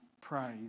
pray